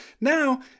now